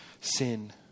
Sin